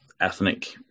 ethnic